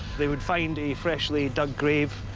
they would find a freshly-dug grave,